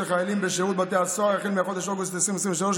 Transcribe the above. חיילים בשירות בתי הסוהר החל בחודש אוגוסט 2023,